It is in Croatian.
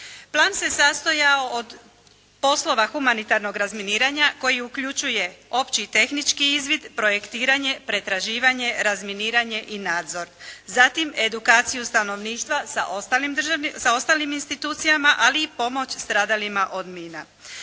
Plan se sastojao od poslova humanitarnog razminiranja koji uključuje opći i tehnički izvid, projektiranje, pretraživanje, razminiranje i nadzor, zatim edukaciju stanovništva sa ostalim institucijama, ali pomoć stradalima od mina.